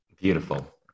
Beautiful